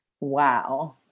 wow